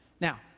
Now